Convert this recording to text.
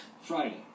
Friday